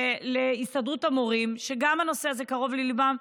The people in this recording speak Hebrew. ולהסתדרות המורים, שהנושא הזה קרוב גם לליבם.